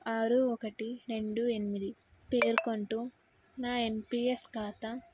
ఆరు ఒకటి రెండు ఎనిమిది పేర్కొంటూ నా ఎన్పిఎస్ ఖాతా